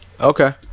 Okay